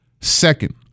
Second